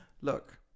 look